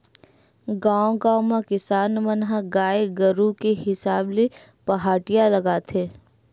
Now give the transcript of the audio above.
गाँव गाँव म किसान मन ह गाय गरु के हिसाब ले पहाटिया लगाथे